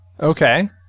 Okay